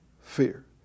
Fear